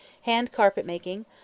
hand-carpet-making